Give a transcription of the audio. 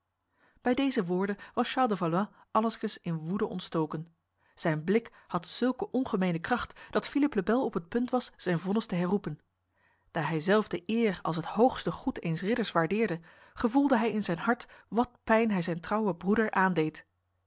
bij deze woorden was charles de valois allengskens in woede ontstoken zijn blik had zulke ongemene kracht dat philippe le bel op het punt was zijn vonnis te herroepen daar hij zelf de eer als het hoogste goed eens ridders waardeerde gevoelde hij in zijn hart wat pijn hij zijn trouwe broeder aandeed